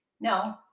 No